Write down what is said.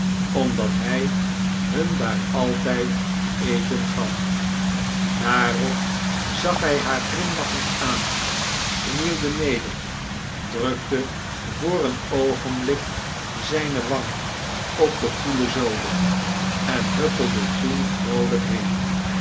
omdat hij hun daar altijd eten gaf daarop zag hij haar glimlachend aan knielde neder drukte voor een oogenblik zijne wang op de koele zode en huppelde toen vroolijk heen